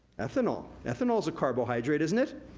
ethanol. ethanol is a carbohydrate, isn't it?